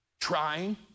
Trying